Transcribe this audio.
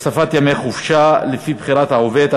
(הוספת ימי חופשה לפי בחירת העובד),